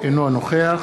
אינו נוכח